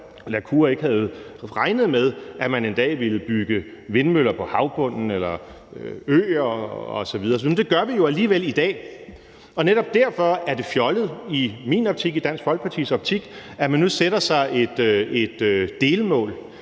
la Cour ikke havde regnet med, at man en dag ville bygge vindmøller på havbunden eller øer osv., men det gør vi jo alligevel i dag, og netop derfor er det i min optik, i Dansk Folkepartis optik fjollet, at man nu sætter sig et delmål.